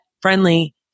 friendly